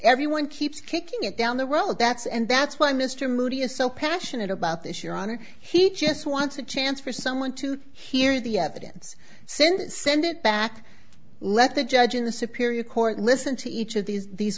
everyone keeps kicking it down the well that's and that's why mr moody is so passionate about this your honor he just wants a chance for someone to hear the evidence since send it back let the judge in the superior court listen to each of these these